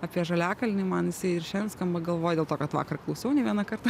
apie žaliakalnį man jisai ir šian skamba galvoj dėl to kad vakar klausiau ne vieną kartą